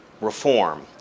reform